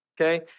okay